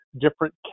different